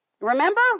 Remember